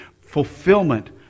fulfillment